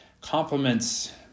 Compliments